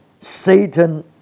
Satan